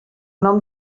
nom